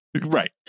Right